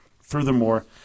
Furthermore